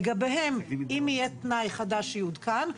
לגביהם אם יהיה תנאי חדש שיעודכן,